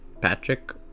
patrick